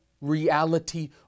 reality